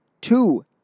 two